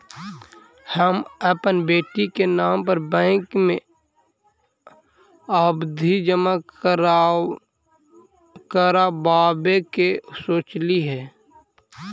हम अपन बेटी के नाम पर बैंक में आवधि जमा करावावे के सोचली हे